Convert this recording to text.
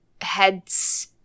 heads